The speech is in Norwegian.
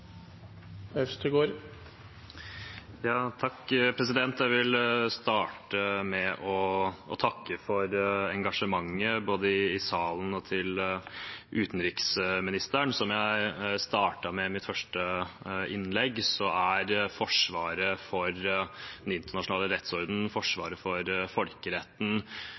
Jeg vil starte med å takke for engasjementet i salen og fra utenriksministeren. Som jeg startet med å si i mitt første innlegg, er forsvaret for den internasjonale rettsordenen og forsvaret for folkeretten